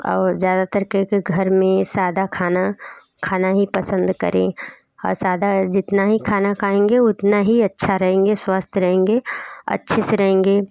और ज़्यादातर के घर में सादा खाना खाना ही पसंद करें सादा जितना ही खाना खाएंगे उतना ही अच्छा रहेंगे स्वस्थ रहेंगे अच्छे से रहेंगे